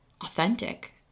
authentic